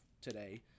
today